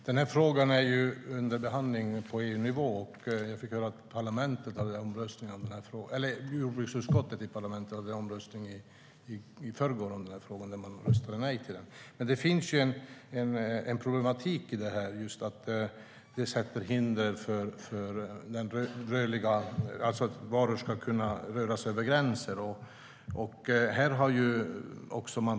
Herr talman! Frågan är under behandling på EU-nivå, och jag fick höra att jordbruksutskottet i parlamentet hade omröstning om den i förrgår. Man röstade nej till förslaget. Det finns dock en problematik i detta, och det är just att det sätter upp hinder för att varor ska kunna röra sig över gränser.